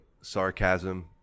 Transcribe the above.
sarcasm